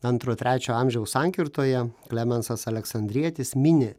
antro trečio amžiaus sankirtoje klemensas aleksandrietis mini